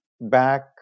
back